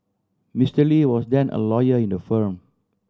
Mister Lee was then a lawyer in the firm